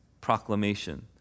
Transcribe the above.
proclamation